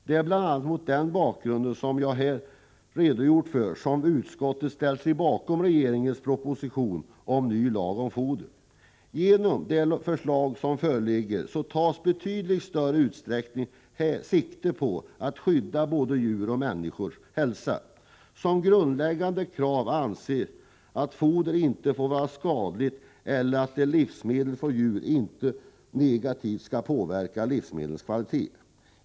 Det är bl.a. mot den bakgrund som jag här redogjort för som utskottet ställt sig bakom regeringens proposition om ny lag om foder. Det förslag som föreligger tar i betydligt större utsträckning sikte på att skydda både djurs och människors hälsa. Som grundläggande krav anges att foder inte får vara skadligt eller negativt påverka kvaliteten på livsmedel från djur som utfodras med fodret.